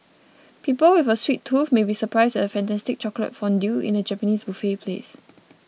people with a sweet tooth may be surprised at a fantastic chocolate fondue in a Japanese buffet place